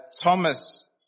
Thomas